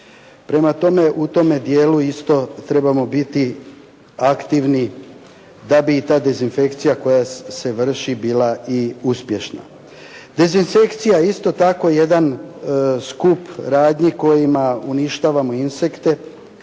Prema tome, u tome dijelu isto trebamo biti aktivni da bi i ta dezinfekcija koja se vrši bila i uspješna. Dezinsekcija je isto tako jedan skup radnji kojima uništavamo insekte.